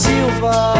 Silva